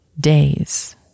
days